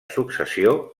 successió